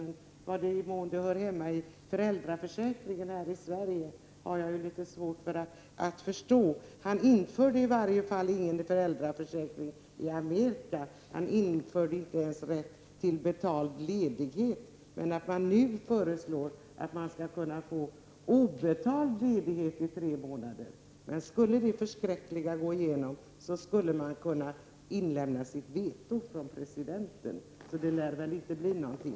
Men jag har litet svårt att förstå att det hör hemma i en debatt om föräldraförsäkringen här i Sverige. Han införde i varje fall inte någon föräldraförsäkring i Amerika. Han införde inte ens rätt till betald ledighet. Nu föreslås det att man skall kunna få obetald ledighet i tre månader. Men skulle det förskräckliga gå igenom skulle presidenten kunna lämna in sitt veto, så det lär väl inte bli någonting.